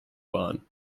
bahn